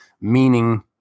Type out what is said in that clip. meaning